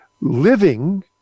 living